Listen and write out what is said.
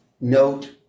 note